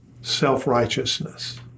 self-righteousness